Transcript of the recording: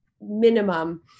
minimum